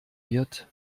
wird